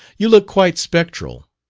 you look quite spectral.